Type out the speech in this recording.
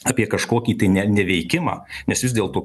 apie kažkokį tai ne neveikimą nes vis dėlto